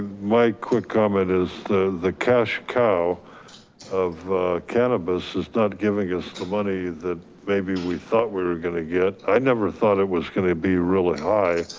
my quick comment is the the cash cow of cannabis is not giving us the money that maybe we thought we were gonna get. i never thought it was gonna be really high.